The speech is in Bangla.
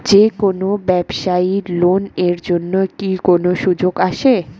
যে কোনো ব্যবসায়ী লোন এর জন্যে কি কোনো সুযোগ আসে?